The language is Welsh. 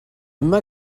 yma